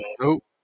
nope